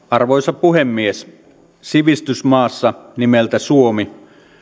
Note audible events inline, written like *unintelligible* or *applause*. *unintelligible* arvoisa puhemies sivistysmaassa nimeltä suomi